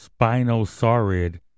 spinosaurid